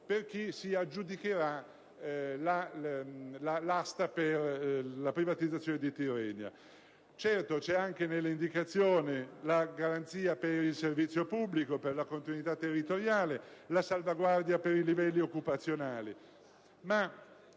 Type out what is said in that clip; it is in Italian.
per chi si aggiudicherà l'asta per la privatizzazione di Tirrenia. Certo, nell'indicazione c'è anche la garanzia per il servizio pubblico, per la continuità territoriale, per la salvaguardia dei livelli occupazionali;